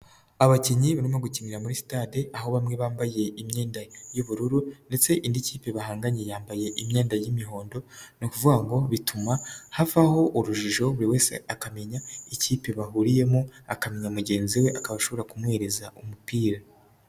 Abakinnyi barimo gukinira muri sitade aho bamwe bambaye imyenda y'ubururu ndetse indi kipe bahanganye yambaye imyenda y'imihondo, ni ukuvuga ngo bituma havaho urujijo buri wese akamenya ikipe bahuriyemo, akamenya mugenzi we akaba ashobora kumuhereza umupira.